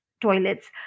toilets